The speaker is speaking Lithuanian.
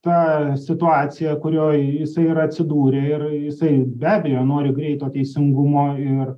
ta situacija kurioj jisai yra atsidūrė ir jisai be abejo nori greito teisingumo ir